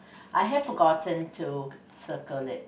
I have forgotten to circle it